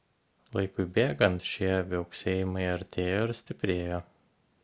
laikui bėgant šie viauksėjimai artėjo ir stiprėjo